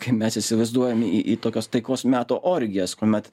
kaip mes įsivaizduojam į į tokias taikos meto orgijas kuomet